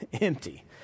empty